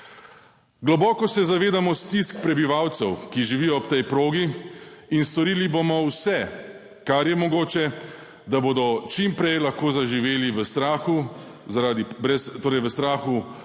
Globoko se zavedamo stisk prebivalcev, ki živijo ob tej progi in storili bomo vse, kar je mogoče, da bodo čim prej lahko zaživeli brez strahu